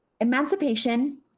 Emancipation